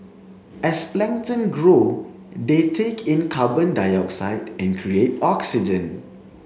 as plankton grow they take in carbon dioxide and create oxygen